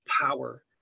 power